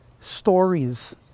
stories